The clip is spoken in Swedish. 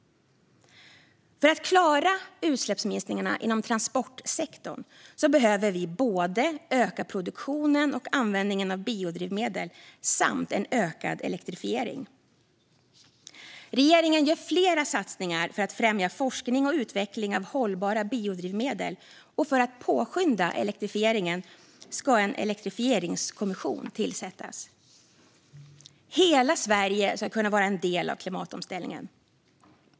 För att klara utsläppsminskningarna inom transportsektorn behöver vi öka både produktionen och användningen av biodrivmedel samt få till stånd en ökad elektrifiering. Regeringen gör flera satsningar för att främja forskning och utveckling av hållbara biodrivmedel, och för att påskynda elektrifieringen ska en elektrifieringskommission tillsättas. Hela Sverige ska kunna vara en del av klimatomställningen.